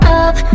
up